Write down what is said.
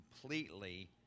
completely